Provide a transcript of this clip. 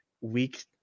week